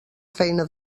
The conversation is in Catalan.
feina